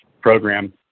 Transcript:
program